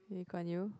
Lee-Kuan-Yew